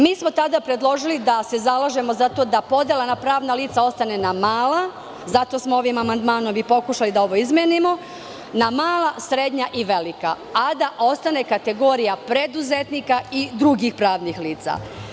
Mi smo tada predložili da se zalažemo za to da podela na pravna lica ostane, zato smo ovim amandmanom i pokušali da ovo izmenimo, na mala, srednja i velika, a da ostane kategorija preduzetnika i drugih pravnih lica.